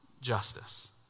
justice